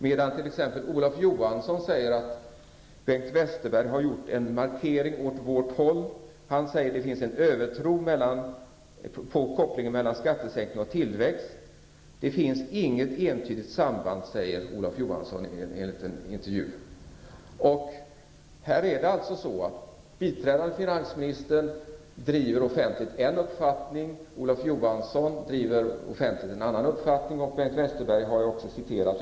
Men Olof Johansson säger att Bengt Westerberg har gjort en markering. Olof Johansson säger att det finns en övertro på kopplingen mellan skattesänkning och tillväxt och att det inte finns något entydigt samband. Biträdande finansministern driver offentligt en uppfattning. Olof Johansson driver offentligt en annan uppfattning, och Bengt Westerberg har jag också citerat.